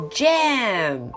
jam